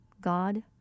God